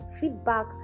feedback